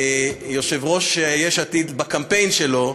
יושב-ראש יש עתיד בקמפיין שלו,